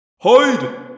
Hide